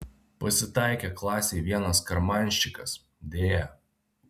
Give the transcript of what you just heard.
pasitaikė klasėj vienas karmanščikas deja